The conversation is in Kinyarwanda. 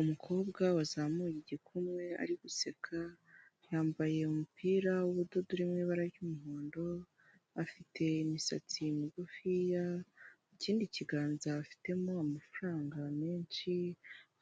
Umukobwa wazamuye igikumwe ari guseka, yambaye umupira w'ubudodo uri mu ibara ry'umuhondo, afite imisatsi migufiya mu kindi kiganza afitemo amafaranga menshi,